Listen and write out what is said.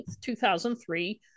2003